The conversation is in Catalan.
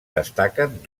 destaquen